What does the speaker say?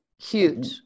huge